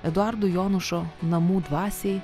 eduardo jonušo namų dvasiai